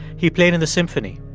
he played in the symphony.